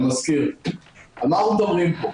אני מזכיר, על מה אנחנו מדברים פה?